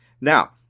Now